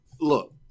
look